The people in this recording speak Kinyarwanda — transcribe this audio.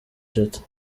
teta